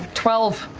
twelve.